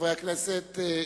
חברי הכנסת,